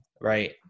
right